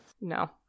No